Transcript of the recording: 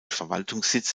verwaltungssitz